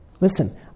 Listen